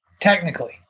Technically